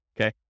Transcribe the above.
okay